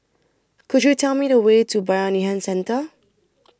Could YOU Tell Me The Way to Bayanihan Centre